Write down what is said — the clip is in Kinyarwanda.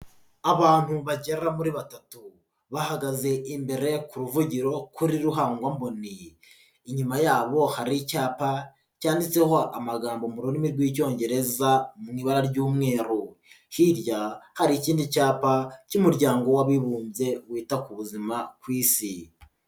Abantu bagera muri batatu bahagaze imbere ku ruvugiro kuri ruhangwamboni, inyuma yabo hari icyapa cyanditseho amagambo mu rurimi rw'Icyongereza mu ibara ry'umweru. Hirya hari ikindi cyapa cy'Umuryango w'Abibumbye wita ku buzima ku Isi.